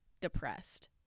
depressed